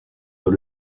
dans